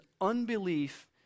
unbelief